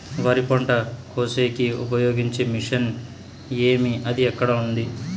వరి పంట కోసేకి ఉపయోగించే మిషన్ ఏమి అది ఎక్కడ ఉంది?